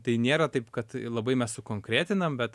tai nėra taip kad labai mes sukonkretinam bet